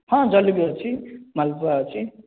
ହଁ ଜଲେବି ଅଛି ମାଲପୁଆ ଅଛି